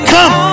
Come